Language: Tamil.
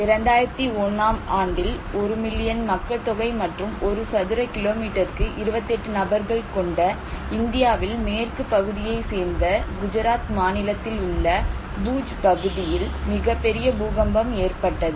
2001ஆம் ஆண்டில் 1 மில்லியன் மக்கள் தொகை மற்றும் ஒரு சதுர கிலோமீட்டருக்கு 28 நபர்கள் கொண்ட இந்தியாவில் மேற்கு பகுதியை சேர்ந்த குஜராத் மாநிலத்தில் உள்ள பூஜ் பகுதியில் மிகப் பெரிய பூகம்பம் ஏற்பட்டது